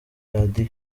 radio